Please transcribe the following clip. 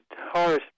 Horace